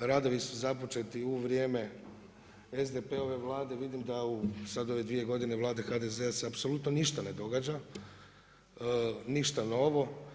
radovi su započeti u vrijeme SDP-ove vlade, vidim da u ove dvije godine vlade HDZ-a se apsolutno ništa ne događa, ništa novo.